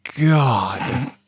God